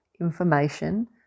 information